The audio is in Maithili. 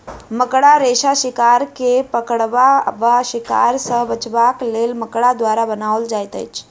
मकड़ा रेशा शिकार के पकड़बा वा शिकार सॅ बचबाक लेल मकड़ा द्वारा बनाओल जाइत अछि